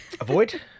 Avoid